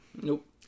nope